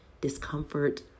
discomfort